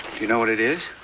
you know what it is?